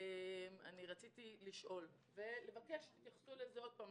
רציתי לשאול ולבקש שיתייחסו לזה שוב.